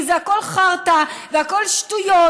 כי זה הכול חרטא והכול שטויות.